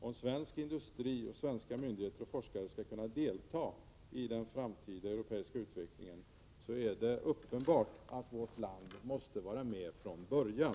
Om svensk industri och svenska myndigheter och forskare i framtiden skall kunna delta i den europeiska utvecklingen, är det uppenbart att vårt land måste vara med från början.